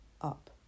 up